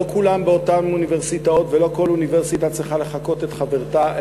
לא כולם באותן אוניברסיטאות ולא כל אוניברסיטה צריכה לחקות את חברתה,